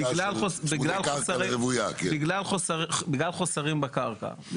בגלל חוסרים בקרקע- - אבל יש דרישה של צמודי קרקע ורוויה.